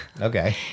Okay